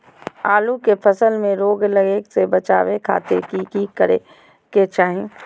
आलू के फसल में रोग लगे से बचावे खातिर की करे के चाही?